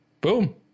Boom